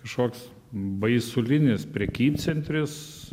kažkoks baisulinis prekybcentris